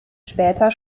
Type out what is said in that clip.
später